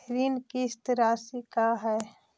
ऋण किस्त रासि का हई?